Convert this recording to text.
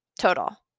Total